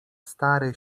stary